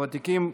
הוותיקים,